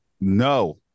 no